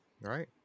Right